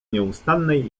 nieustannej